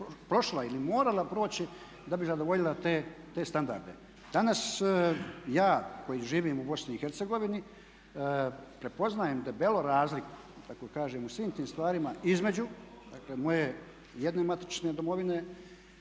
ili morala proći da bi zadovoljila te standarde. Danas ja koji živim u BiH prepoznajem debelo razliku da tako kažem u svim tim stvarima između dakle moje jedne matične domovine